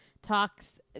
talks